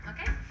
Okay